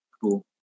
Cool